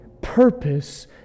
purpose